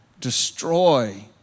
destroy